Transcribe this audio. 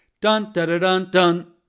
dun-da-da-dun-dun